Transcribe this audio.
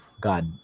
God